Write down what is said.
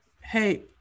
Hey